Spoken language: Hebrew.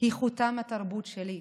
היא חותם התרבות שלי,